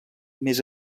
més